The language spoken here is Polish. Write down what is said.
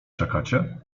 czekacie